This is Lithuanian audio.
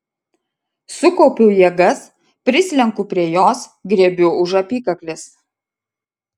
sukaupiu jėgas prislenku prie jos griebiu už apykaklės